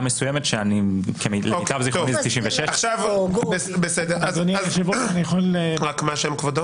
מסוימת שהיא למיטב זכרוני 1996. אני יכול לקבל את רשות הדיבור?